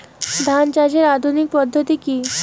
ধান চাষের আধুনিক পদ্ধতি কি?